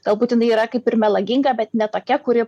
gal būt jinai yra kaip ir melaginga bet ne tokia kuri